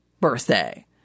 birthday